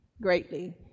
greatly